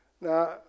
Now